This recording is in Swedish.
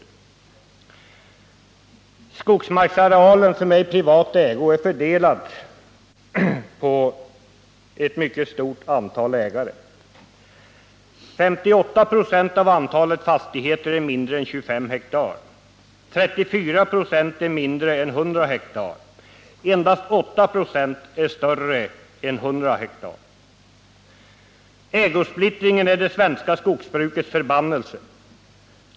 Den skogsmarksareal som är i privat ägo är alltså fördelad på ett mycket stort antal ägare. 58 96 av antalet fastigheter är mindre än 25 ha, och 34 96 är mindre än 100 ha. Endast 8 96 är större än 100 ha. Ägosplittringen är det svenska skogsbrukets förbannelse.